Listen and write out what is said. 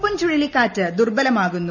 പൂൻ ചുഴലിക്കാറ്റ് ദുർബലമാകുന്നു